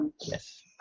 yes